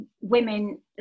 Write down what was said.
women